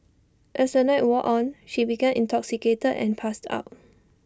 as the night wore on she became intoxicated and passed out